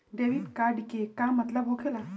Debit card के का मतलब होकेला?